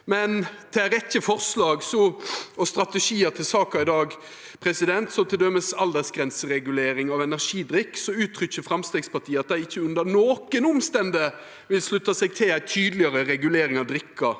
Om ei rekke forslag og strategiar til saka i dag, som til dømes aldersgrenseregulering av energidrikk, uttrykkjer Framstegspartiet at dei ikkje under nokon omstende vil slutta seg til ei tydlegare regulering av drikker